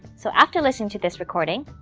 so, after listening to this recording,